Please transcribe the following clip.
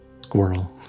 squirrel